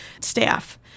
staff